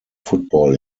football